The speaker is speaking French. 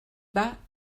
bas